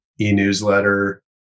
e-newsletter